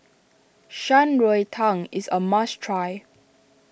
Shan Rui Tang is a must try